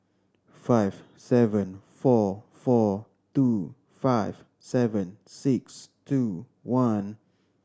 five seven four four two five seven six two one